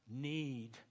need